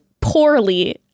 poorly